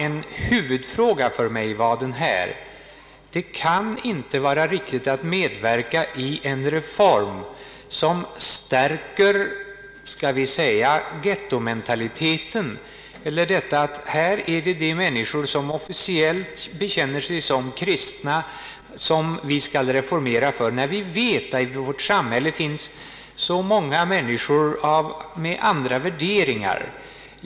En huvudfråga för mig var denna: Det kan inte vara riktigt att medverka i en reform, som stärker ghettomentaliteten så att säga, detta att det är de människor som officiellt bekänner sig såsom kristna som vi skall reformera för, när vi vet att det i vårt samhälle finns så många andra människor med andra värderingar.